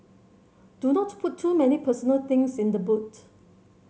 do not put too many personal things in the boot